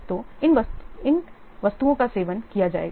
तो इन वस्तुओं का सेवन किया जाएगा